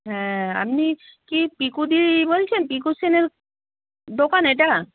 হ্যাঁ আপনি কি পিকুদি বলছেন পিকু সেনের দোকান এটা